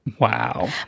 Wow